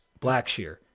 Blackshear